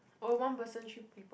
oh one person three people